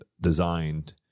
designed